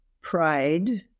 pride